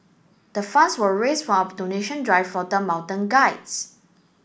the funds were raised from a donation drive for the mountain guides